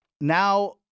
now